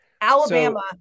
Alabama